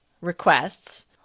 requests